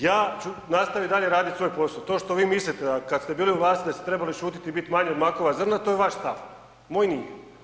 Ja ću nastaviti i dalje raditi svoj posao, to što vi mislite kada ste bili na vlasti da ste trebali šutiti i biti manji od makova zrna to je vaš stav, moj nije.